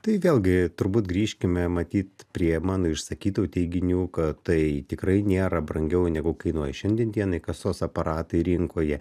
tai vėlgi turbūt grįžkime matyt prie mano išsakytų teiginių kad tai tikrai nėra brangiau negu kainuoja šiandien dienai kasos aparatai rinkoje